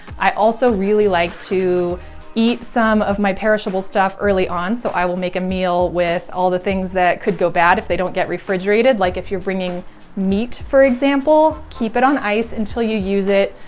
i also really like to eat some of my perishable stuff early on. so i will make a meal with all the things that could go bad if they don't get refrigerated. like, if you're bringing meat for example, keep it on ice until you use it.